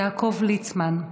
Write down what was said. יעקב ליצמן,